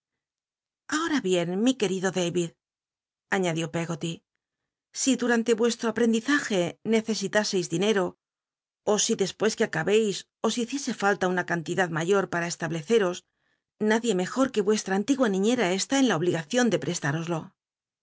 ahora bien mi querido dayid añadió peggoty si dutante vuestro apl'endizajc necesitaseis dinero ó si despues que acabeis os hiciese falta una cantidad mayor para estableceros nadie mejor que vuestra antigua niñera estti en la obligacion de preslátoslo